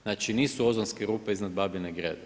Znači nisu ozonske rupe iznad Babine Grede.